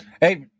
Hey